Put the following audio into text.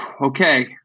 Okay